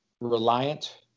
reliant